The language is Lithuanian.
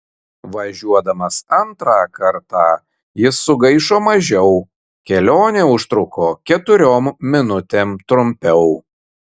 važiuodamas antrą kartą jis sugaišo mažiau kelionė užtruko keturiom minutėm trumpiau